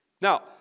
now